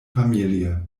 familie